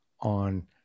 on